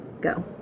go